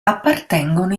appartengono